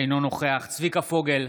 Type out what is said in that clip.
אינו נוכח צביקה פוגל,